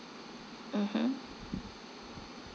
mmhmm